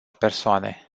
persoane